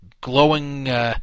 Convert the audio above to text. glowing